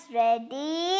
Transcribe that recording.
ready